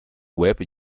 web